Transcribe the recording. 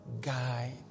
guide